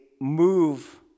move